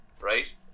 right